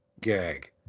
gag